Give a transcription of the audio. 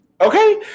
okay